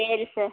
சரி சார்